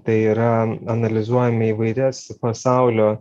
tai yra analizuojame įvairias pasaulio